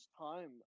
time